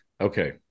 Okay